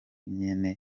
nyene